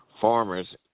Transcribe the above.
farmers